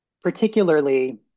particularly